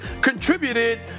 contributed